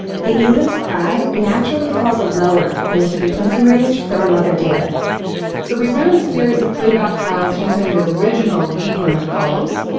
the eland's cry naturally falls lower than this frequency range for the mother deer so we ran a series of playback trials using the original eland calls.